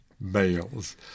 males